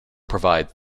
provide